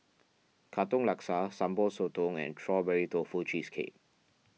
Katong Laksa Sambal Sotong and Strawberry Tofu Cheesecake